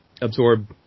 absorb